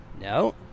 No